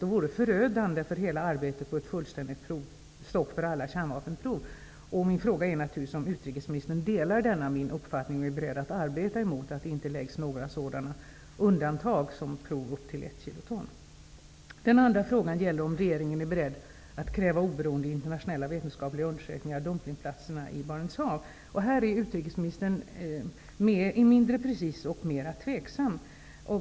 Det vore förödande för hela arbetet på ett fullständigt provstopp för alla kärnvapenprov. Min fråga är naturligtvis om utrikesministern delar denna min uppfattning och är beredd att arbeta emot att det görs några sådana undantag som prov på upp till ett kiloton. Den andra frågan gäller om regeringen är beredd att kräva oberoende internationella vetenskapliga undersökningar av dumpningsplatserna i Barents hav. Här är utrikesministern mindre precis och mer tveksam.